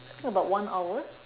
I think about one hour